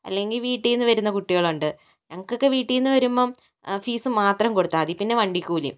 അല്ലെങ്കിൽ വീട്ടിൽനിന്ന് വരുന്ന കുട്ടികൾ ഉണ്ട് ഞങ്ങൾക്ക് ഒക്കെ വീട്ടിൽനിന്ന് വരുമ്പോൾ ഫീസ് മാത്രം കൊടുത്താൽ മതി പിന്നെ വണ്ടിക്കൂലിയും